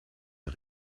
der